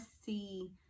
see